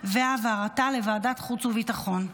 והעברתה לוועדת החוץ והביטחון.